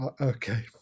okay